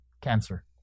cancer